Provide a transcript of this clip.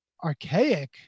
archaic